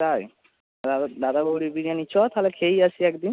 তাই দাদা বৌদির বিরিয়ানি চল তাহলে খেয়েই আসি একদিন